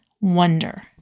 wonder